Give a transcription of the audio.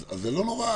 אז זה לא נורא,